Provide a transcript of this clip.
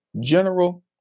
general